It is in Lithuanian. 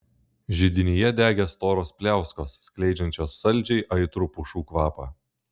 židinyje degė storos pliauskos skleidžiančios saldžiai aitrų pušų kvapą